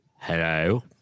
hello